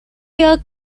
year